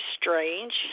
strange